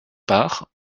part